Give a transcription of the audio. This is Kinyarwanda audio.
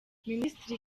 minisitiri